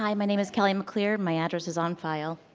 um my name is kelly mclear. my address is on file.